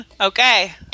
Okay